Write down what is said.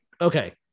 okay